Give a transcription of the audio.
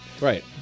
Right